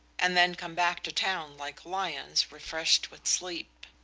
and then come back to town like lions refreshed with sleep.